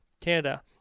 Canada